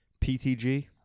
PTG